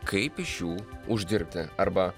kaip iš jų uždirbti arba